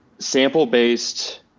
Sample-based